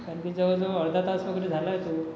कारण की जवळ जवळ अर्धा तास वगैरे झालाय तो